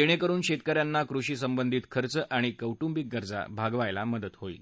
ऊपक्रून शत्तिक यांना कृषी संबंधित खर्च आणि कौर बिक गरजा भागवायला मदत होईल